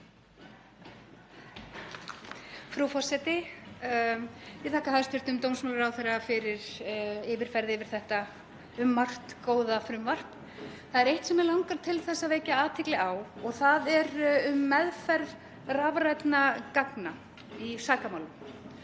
Frú forseti. Ég þakka hæstv. dómsmálaráðherra fyrir yfirferð yfir þetta um margt góða frumvarp. Það er eitt sem mig langar til að vekja athygli á og það er meðferð rafrænna gagna í sakamálum.